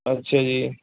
ਅੱਛਾ ਜੀ